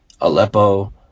aleppo